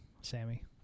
Sammy